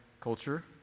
culture